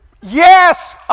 yes